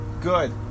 Good